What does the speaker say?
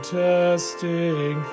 testing